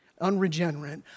unregenerate